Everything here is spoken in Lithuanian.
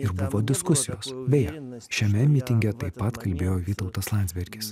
ir buvo diskusijos beje šiame mitinge taip pat kalbėjo vytautas landsbergis